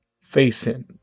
facing